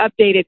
updated